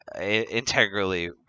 integrally